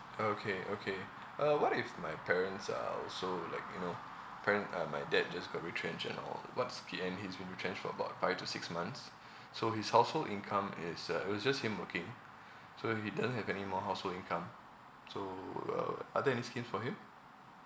okay okay uh what if my parents are also like you know pare~ uh my dad just got retrenched and all what's pi~ and he's been retrenched for about five to six months so his household income is uh it was just him working so he doesn't have anymore household income so uh are there any schemes for him